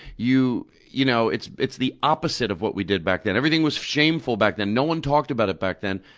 you you know, it's it's the opposite of what we did back then. everything was shameful back then. no one talked about it back then.